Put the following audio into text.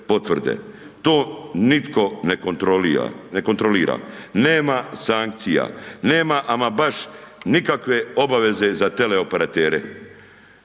To nitko ne kontrolira, nema sankcija, nema ama baš nikakve obaveze za teleoperatere.